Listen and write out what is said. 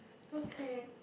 okay